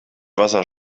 wasser